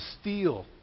steal